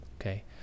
Okay